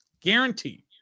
Guarantee